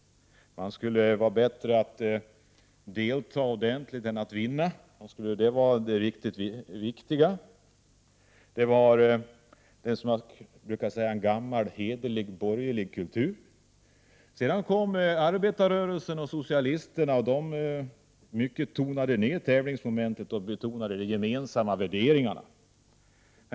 Det skulle vara viktigare att delta än att vinna. Det var, som jag brukar säga, en gammal hederlig borgerlig kultur. Sedan kom arbetarrörelsen och socialisterna. De tonade ner tävlingsmomentet och betonade de gemensamma värderingarna.